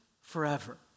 forever